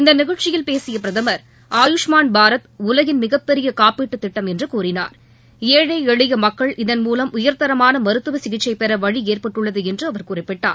இந்த நிகழ்ச்சியில் பேசிய பிரதமர் ஆயுஷ்மான்பாரத் உலகின் மிகப்பெரிய காப்பீட்டுத்திட்டம் என்று கூறினார் ஏழை எளிய மக்கள் இதன்மூலம் உயர்தரமான மருத்துவ சிகிச்சை பெற வழி ஏற்பட்டுள்ளது என்றும் அவர் குறிப்பிட்டார்